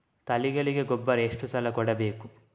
ತಳಿಗಳಿಗೆ ಗೊಬ್ಬರ ಎಷ್ಟು ಸಲ ಕೊಡಬೇಕು?